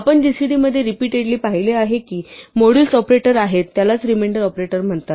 आपण gcd मध्ये repeatedly पाहिले आहे जे मॉड्यूलस ऑपरेटर आहे त्यालाच रिमेंडर ऑपरेटर म्हणतात